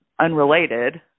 unrelated